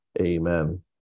Amen